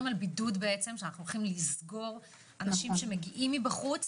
על בידוד אנחנו הולכים לסגור אנשים שמגיעים מבחוץ